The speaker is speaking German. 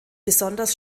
besonders